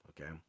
Okay